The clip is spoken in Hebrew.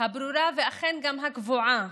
הברורה וגם הקבועה